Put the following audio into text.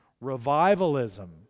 Revivalism